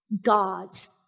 God's